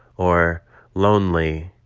or lonely,